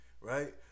right